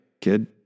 kid